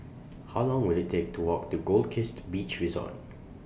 How Long Will IT Take to Walk to Goldkist Beach Resort